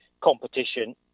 competition